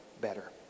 better